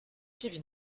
kevin